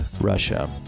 Russia